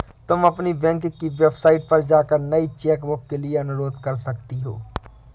तुम अपनी बैंक की वेबसाइट पर जाकर नई चेकबुक के लिए अनुरोध कर सकती हो